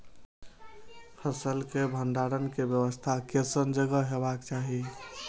फसल के भंडारण के व्यवस्था केसन जगह हेबाक चाही?